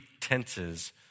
tenses